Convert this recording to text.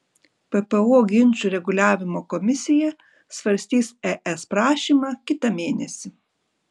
ppo ginčų reguliavimo komisija svarstys es prašymą kitą mėnesį